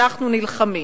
אנחנו נלחמים.